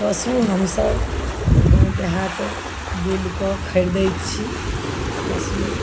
पशु हमसब गाँव देहात बुलि कऽ खरिदैत छी पशु